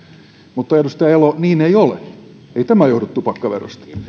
mutta edustaja elo niin ei ole ei tämä johdu tupakkaverosta